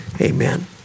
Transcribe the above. Amen